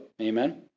Amen